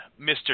Mr